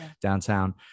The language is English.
downtown